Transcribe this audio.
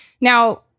Now